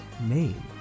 name